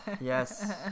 yes